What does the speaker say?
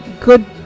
good